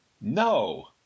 No